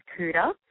cuda